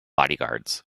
bodyguards